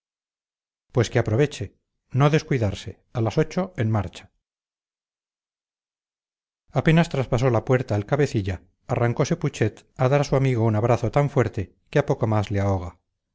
pues que aproveche no descuidarse a las ocho en marcha apenas traspasó la puerta el cabecilla arrancose putxet a dar a su amigo un abrazo tan fuerte que a poco más le ahoga